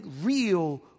real